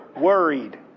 worried